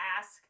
ask